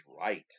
right